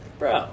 Bro